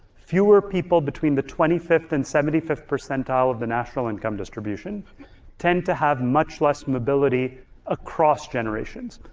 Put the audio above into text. fewer people between the twenty fifth and seventy fifth percentile of the national income distribution tend to have much less mobility across generations.